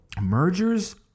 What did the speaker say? mergers